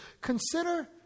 Consider